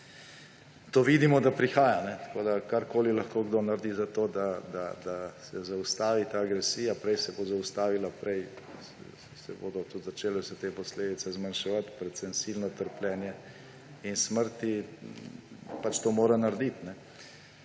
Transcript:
to vidimo, da prihaja. Tako da karkoli lahko kdo naredi za to, da se zaustavi ta agresija, prej se bo zaustavila, prej se bodo tudi začele vse te posledice zmanjševati, predvsem silno trpljenje in smrti, mora pač to narediti.